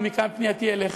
ומכאן פנייתי אליך.